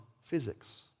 physics